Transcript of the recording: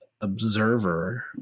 observer